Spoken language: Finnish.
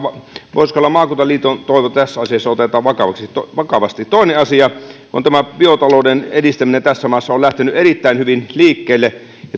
pohjois karjalan maakuntaliiton toive tässä asiassa otetaan vakavasti vakavasti toinen asia on tämä biotalouden edistäminen tässä maassa se on lähtenyt erittäin hyvin liikkeelle